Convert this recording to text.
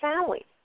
family